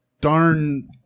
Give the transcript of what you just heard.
darn